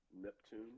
Neptune